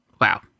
Wow